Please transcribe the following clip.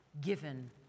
given